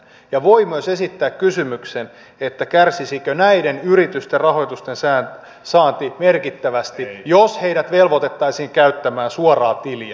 ja voi myös esittää kysymyksen kärsisikö näiden yritysten rahoituksen saanti merkittävästi jos ne velvoitettaisiin käyttämään suoraa tiliä